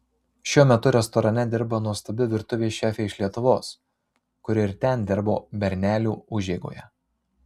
šiuo metu restorane dirba nuostabi virtuvės šefė iš lietuvos kuri ir ten dirbo bernelių užeigoje